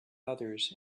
others